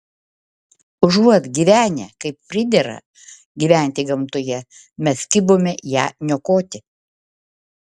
užuot gyvenę kaip pridera gyventi gamtoje mes kibome ją niokoti